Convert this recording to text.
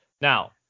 now